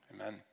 Amen